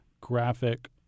graphic